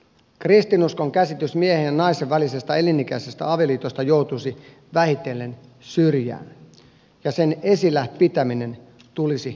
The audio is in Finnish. kristinuskon käsitys miehen ja naisen välisestä elinikäisestä avioliitosta joutuisi vähitellen syrjään ja sen esillä pitäminen tulisi tuomittavaksi